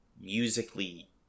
musically